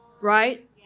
Right